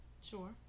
Sure